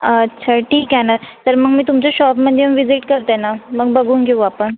अच्छा ठीक आहे ना तर मग मी तुमच्या शॉपमध्ये विजिट करते ना मग बघून घेऊ आपण